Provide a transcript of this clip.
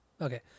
Okay